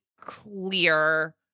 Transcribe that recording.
clear